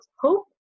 hope